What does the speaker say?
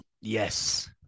Yes